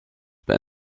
rood